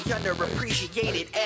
Underappreciated